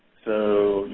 so